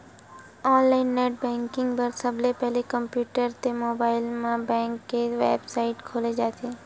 online net banking बर सबले पहिली कम्प्यूटर ते मोबाईल म बेंक के बेबसाइट खोले जाथे